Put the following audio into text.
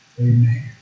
Amen